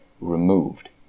removed